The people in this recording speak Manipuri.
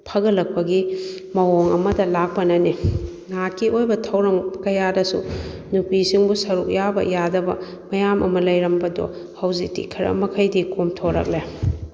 ꯐꯒꯠꯂꯛꯄꯒꯤ ꯃꯑꯣꯡ ꯑꯃꯗ ꯂꯥꯛꯄꯅꯅꯤ ꯉꯍꯥꯛꯀꯤ ꯑꯣꯏꯕ ꯊꯧꯔꯝ ꯀꯌꯥꯗꯁꯨ ꯅꯨꯄꯤꯁꯤꯡꯕꯨ ꯁꯔꯨꯛ ꯌꯥꯕ ꯌꯥꯗꯕ ꯃꯌꯥꯝ ꯑꯃ ꯂꯩꯔꯝꯕꯗꯣ ꯍꯧꯖꯤꯛꯇꯤ ꯈꯔ ꯃꯈꯩꯗꯤ ꯀꯣꯝꯊꯣꯔꯛꯂꯦ